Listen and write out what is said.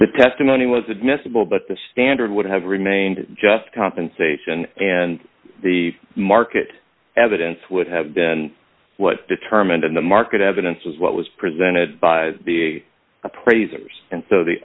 the testimony was admissible but the standard would have remained just compensation and the market evidence would have been what determined in the market evidence is what was presented by the appraisers and so the